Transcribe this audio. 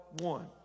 one